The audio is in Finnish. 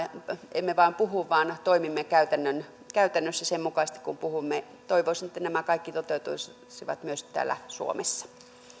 emme vain puhu vaan toimimme käytännössä sen mukaisesti kuin puhumme toivoisin että nämä kaikki toteutuisivat myös täällä suomessa